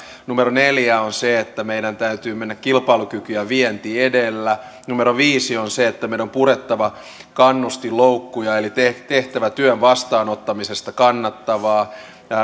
numero neljä on se että meidän täytyy mennä kilpailukyky ja vienti edellä numero viisi on se että meidän on purettava kannustinloukkuja eli tehtävä työn vastaanottamisesta kannattavaa